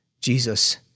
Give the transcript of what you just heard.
Jesus